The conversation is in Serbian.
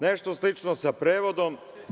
Nešto slično sa prevodom.